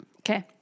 Okay